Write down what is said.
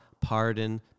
Pardon